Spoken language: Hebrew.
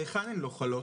היכן הן לא חלות?